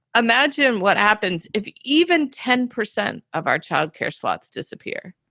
imagine what happens if even ten percent of our child care slots disappear